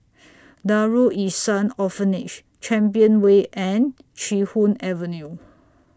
Darul Ihsan Orphanage Champion Way and Chee Hoon Avenue